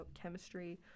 chemistry